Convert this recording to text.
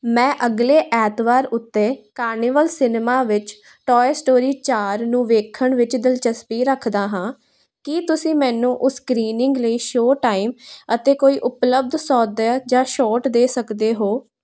ਮੈਂ ਅਗਲੇ ਐਤਵਾਰ ਉੱਤੇ ਕਾਰਨੀਵਲ ਸਿਨੇਮਾ ਵਿੱਚ ਟੋਆਏ ਸਟੋਰੀ ਚਾਰ ਨੂੰ ਵੇਖਣ ਵਿੱਚ ਦਿਲਚਸਪੀ ਰੱਖਦਾ ਹਾਂ ਕੀ ਤੁਸੀਂ ਮੈਨੂੰ ਉਸ ਸਕ੍ਰੀਨਿੰਗ ਲਈ ਸ਼ੋਅ ਟਾਈਮ ਅਤੇ ਕੋਈ ਉਪਲੱਬਧ ਸੌਦੇ ਜਾਂ ਛੋਟ ਦੇ ਸਕਦੇ ਹੋ